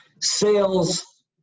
sales